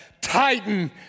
Titan